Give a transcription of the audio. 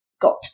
got